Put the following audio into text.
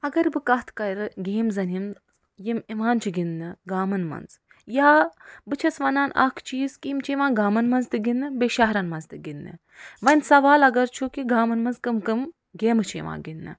اگر بہٕ کتھ کرٕ گیمزن ہُنٛد یِم یِوان چھِ گِندنہٕ گامن منٛز یا بہٕ چھَس ونان اکھ چیٖز کہِ یِم چھِ یِوان گامن منٛز تہِ گِندنہٕ تہٕ بیٚیہِ شہرن منٛز تہٕ گِندنہٕ وۄنۍ سوال اگر چھُ کہِ گامن منٛز کَم کَم گیمہٕ چھِ یِوان گندنہٕ